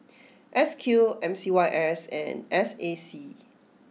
S Q M C Y S and S A C